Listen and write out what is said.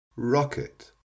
Rocket